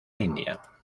india